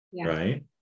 Right